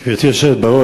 גברתי היושבת-ראש,